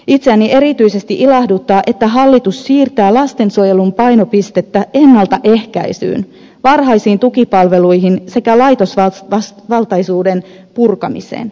itseäni erityisesti ilahduttaa että hallitus siirtää lastensuojelun painopistettä ennaltaehkäisyyn varhaisiin tukipalveluihin sekä laitosvaltaisuuden purkamiseen